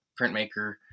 printmaker